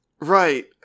Right